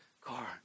car